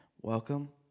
welcome